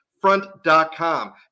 front.com